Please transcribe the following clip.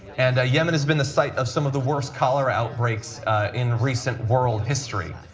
and yemen has been the site of some of the worst cholera outbreaks in recent world history,